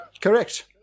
correct